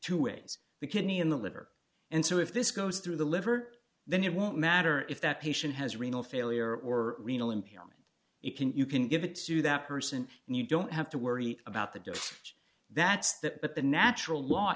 two ways the kidney in the liver and so if this goes through the liver then it won't matter if that patient has renal failure or renal impairment it can you can give it to that person and you don't have to worry about the difference that's that but the natural law